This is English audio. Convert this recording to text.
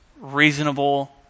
reasonable